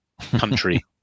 country